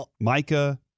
Micah